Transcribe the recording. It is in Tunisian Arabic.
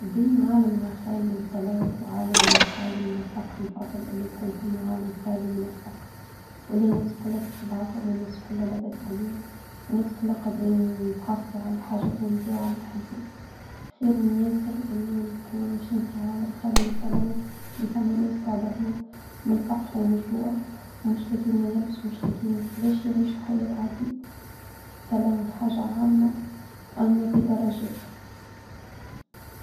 بين عالم عخالي من التلوث وعالم خالي من الفقر بنفضل انه يكون عالم خالي من الفقر والناس كلها يحبوا بعضن والناس كلك لا بأس عليهن. والناس لا قادرين يتحصلو على حاجتهم ديوع اللي يحبوه. خير من ياسر اننا نكونو عايشين في عالم خالي من التلوث اللي فما ناس قاعدة تموت الفقر ومن الجوع ومش لاقيين ما يلبسوا ومش لاقيين كيفاش يعيشوا حياة عادي. التلوث حاجة عامة عامة بدرجة